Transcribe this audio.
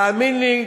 תאמין לי,